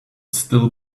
still